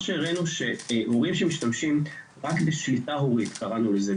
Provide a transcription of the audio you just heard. שראינו זה שהורים שמשתמשים רק ב"שליטה הורית" ככה קראנו לזה,